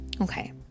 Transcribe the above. Okay